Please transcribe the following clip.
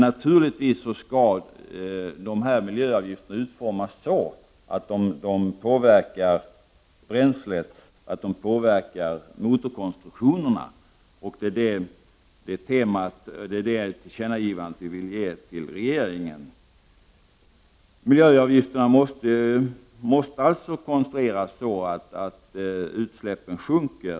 Miljöavgifterna skall naturligtvis utformas så att de påverkar användning av bränslen och motorkonstruktioner. Det tillkännagivandet vill vi ge till regeringen. Miljöavgiften måste konstrueras så att utsläppen sjunker.